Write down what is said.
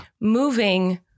moving